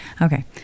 Okay